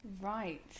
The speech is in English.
Right